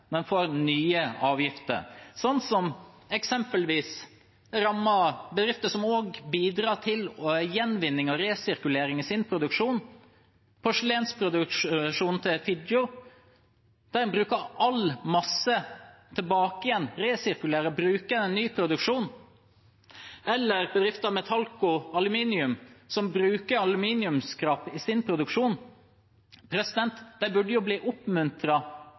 får nye avgifter som eksempelvis rammer bedrifter som bidrar til gjenvinning og resirkulering i sin produksjon. I porselensproduksjonen til Figgjo bruker en all masse som er igjen, resirkulerer, og bruker den til ny produksjon. Bedriften Metallco Aluminium bruker aluminiumsskrap i sin produksjon. De burde jo bli